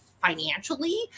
financially